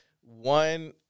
One